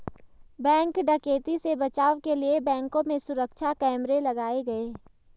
bank डकैती से बचाव के लिए बैंकों में सुरक्षा कैमरे लगाये गये